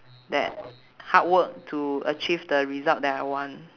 that hard work to achieve the result that I want